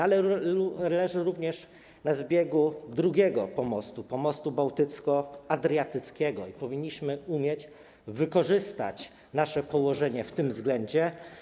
Ale leży również u zbiegu drugiego pomostu, pomostu bałtycko-adriatyckiego, i powinniśmy umieć wykorzystać nasze położenie w tym względzie.